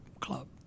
club